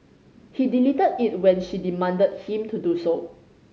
he deleted it when she demanded him to do so